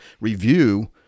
review